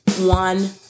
one